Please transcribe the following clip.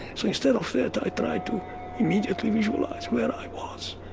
so instead of that i tried to immediately visualise where i was,